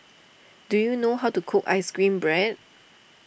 do you know how to cook Ice Cream Bread